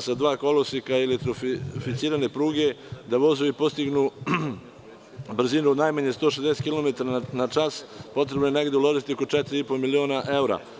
sa dva koloseka i elektrificirane pruge, da vozovi postignu brzinu od najmanje 160 kilometara na čas, potrebno je uložiti oko 4,5 miliona evra.